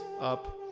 up